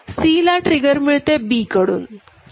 Cला trigger मिळते B कडून